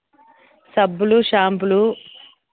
సబ్బులు షాంపులు